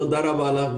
תודה רבה לך,